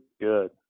good